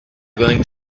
going